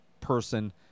person